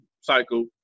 cycle